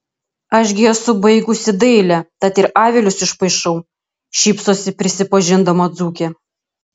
aš gi esu baigusi dailę tad ir avilius išpaišau šypsosi prisipažindama dzūkė